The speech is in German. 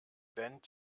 band